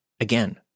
Again